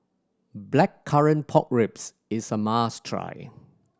Blackcurrant Pork Ribs is a must try